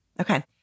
Okay